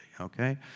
okay